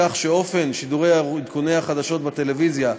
כך שאופן שידור עדכוני החדשות בטלוויזיה,